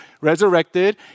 resurrected